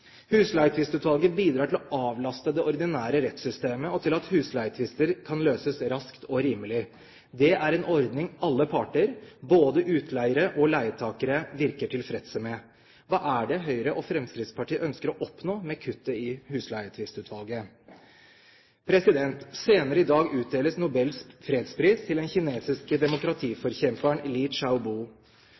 Husleietvistutvalget bidrar til å avlaste det ordinære rettssystemet, og til at husleietvister kan løses raskt og rimelig. Det er en ordning alle parter, både utleiere og leietakere, virker tilfreds med. Hva er det Høyre og Fremskrittspartiet ønsker å oppnå med kuttet i Husleietvistutvalget? Senere i dag utdeles Nobels fredspris til den kinesiske demokratiforkjemperen